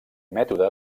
mètode